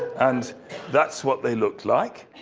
and that's what they look like.